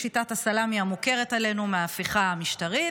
בשיטת הסלמי המוכרת לנו מההפיכה המשטרית,